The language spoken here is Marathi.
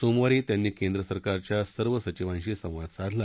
सोमवारी त्यांनी केंद्रसरकारच्या सर्व सचिवांशी संवाद साधला